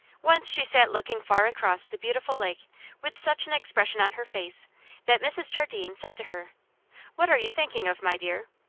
once she sat looking far across the beautiful lake with such an expression on her face that mrs. jardine said to her what are you thinking of, my dear?